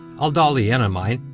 i'll dolly in on mine,